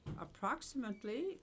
Approximately